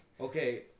Okay